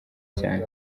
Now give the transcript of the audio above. cyane